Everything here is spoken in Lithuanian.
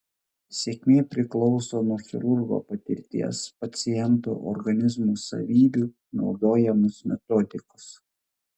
sėkmė priklauso nuo chirurgo patirties paciento organizmo savybių naudojamos metodikos